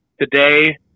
Today